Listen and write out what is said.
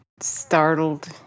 startled